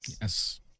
Yes